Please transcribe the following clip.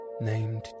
named